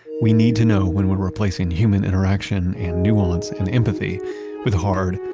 we need to know when we're replacing human interaction and nuance and empathy with hard,